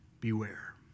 beware